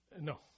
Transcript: No